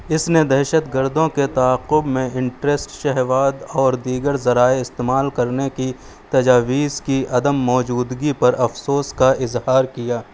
اس نے دہشت گردوں کے تعاقب میں انٹریسٹ شہواد اور دیگر ذرائع استعمال کرنے کی تجاویز کی عدم موجودگی پر افسوس کا اظہار کیا